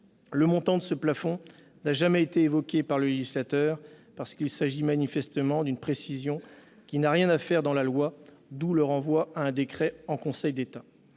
son montant n'a jamais été évoqué par le législateur, parce qu'il s'agit manifestement d'une précision qui n'a rien à faire dans la loi, d'où le renvoi à un décret en Conseil d'État.